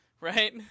right